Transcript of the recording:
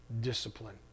discipline